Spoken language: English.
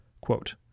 Quote